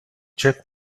check